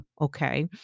Okay